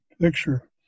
picture